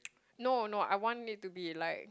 no no I want it to be like